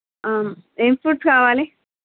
ఏం ఫ్రూట్స్ కావాలి